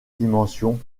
dimension